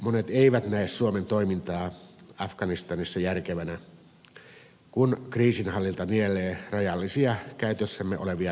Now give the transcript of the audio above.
monet eivät näe suomen toimintaa afganistanissa järkevänä kun kriisinhallinta nielee rajallisia käytössämme olevia resursseja